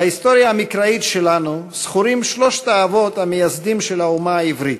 בהיסטוריה המקראית שלנו זכורים שלושת האבות המייסדים של האומה העברית,